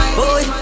boy